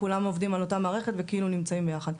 וכולם עובדים על אותה מערכת וכאילו נמצאים ביחד.